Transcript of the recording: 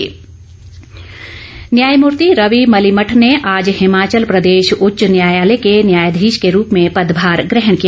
शपथ न्यायमूर्ति रवि मलिमठ ने आज हिमाचल प्रदेश उच्च न्यायालय के न्यायाधीश के रूप में पदभार ग्रहण किया